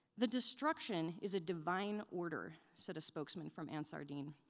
the destruction is a divine order, said a spokesman from ansar dine.